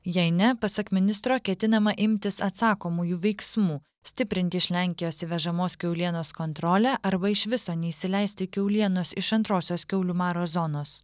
jei ne pasak ministro ketinama imtis atsakomųjų veiksmų stiprinti iš lenkijos įvežamos kiaulienos kontrolę arba iš viso neįsileisti kiaulienos iš antrosios kiaulių maro zonos